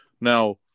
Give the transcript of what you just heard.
now